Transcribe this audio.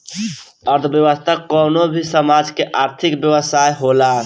अर्थव्यवस्था कवनो भी समाज के आर्थिक व्यवस्था होला